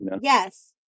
Yes